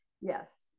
Yes